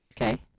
Okay